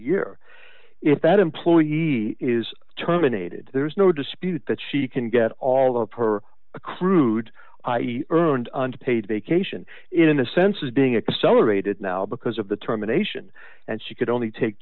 year if that employee is terminated there's no dispute that she can get all of her accrued earned and paid vacation in the sense of being accelerated now because of the terminations and she could only take